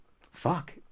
fuck